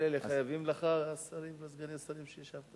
כל אלה חייבים לך, השרים וסגני השרים, שנשארת?